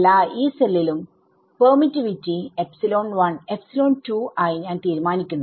എല്ലാ Yee സെല്ലിലുംപെർമിറ്റിവിറ്റി ആയി ഞാൻ തീരുമാനിക്കുന്നു